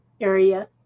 area